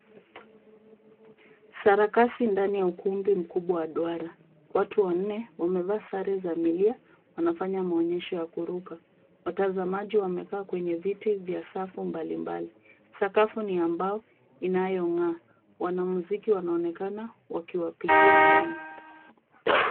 Sarakasi ndani ya ukumbi mkubwa wa duara. Watu wanne wamevaa sare za milia, wanafanya maonyesho ya kuruka. Watazamaji wamekaa kwenye viti vya safu mbalimbali. Sakafu ni ya mbao inayong'aa. Wanamziki wanaonekana wakiwapigia ngoma.